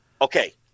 Okay